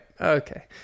Okay